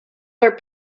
are